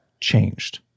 changed